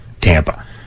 Tampa